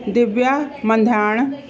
Divya Mandhan